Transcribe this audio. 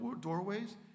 doorways